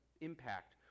impact